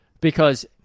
because-